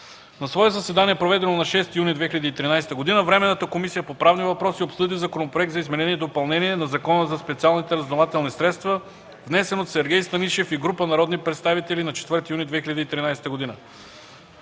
На свое заседание, проведено на 6 юни 2013 г., Временната комисия по правни въпроси обсъди Законопроект за изменение и допълнение на Закона за специалните разузнавателни средства, внесен от Сергей Станишев и група народни представители на 4 юни 2013 г.